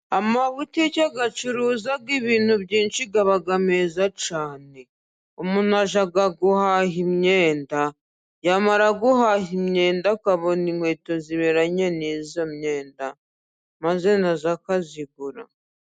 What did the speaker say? Amabutike acuruza ibintu aba meza cyane. Umuntu ajya guhaha imyenda yamara guhaha imyenda akabona inkweto ziberanye n'izo myenda maze akazigura.